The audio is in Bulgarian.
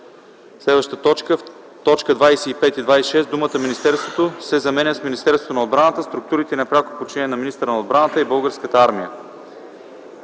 съвет;”. 5. В т. 25 и 26 думата „министерството” се заменя с „Министерството на отбраната, структурите на пряко подчинение на министъра на отбраната и Българската армия”.